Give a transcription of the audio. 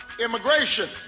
immigration